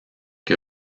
que